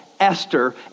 Esther